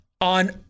on